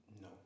No